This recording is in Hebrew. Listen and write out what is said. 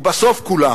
ובסוף כולם.